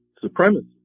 supremacy